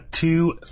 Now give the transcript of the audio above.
two